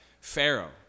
Pharaoh